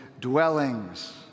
dwellings